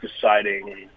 deciding